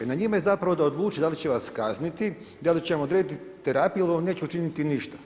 Na njima je zapravo da odluče da li će vas kazniti, da li će vam odrediti terapiju ili vam neće učiniti ništa.